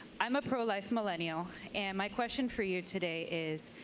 i'm a pro-life millenial. and my question for you today is,